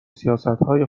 سیاستهای